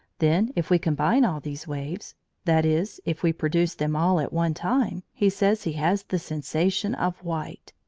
then if we combine all these waves that is, if we produce them all at one time he says he has the sensation of white.